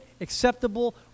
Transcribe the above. acceptable